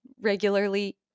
regularly